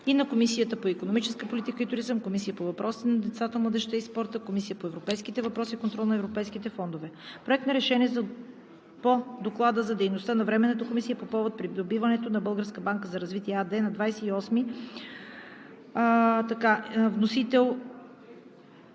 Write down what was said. и на Комисията по икономическа политика и туризъм, Комисията по въпросите на децата, младежта и спорта, Комисията по европейските въпроси и контрол на европейските фондове. Проект на решение по Доклада за дейността на Временната комисия по повод придобиването от „Българска банка за